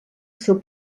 seu